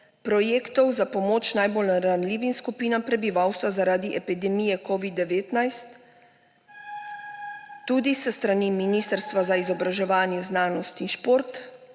projektov za pomoč najbolj ranljivim skupinam prebivalstva zaradi epidemije covid-19 ‒ tudi s strani Ministrstva za izobraževanje, znanost in šport